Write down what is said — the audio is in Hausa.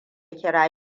kira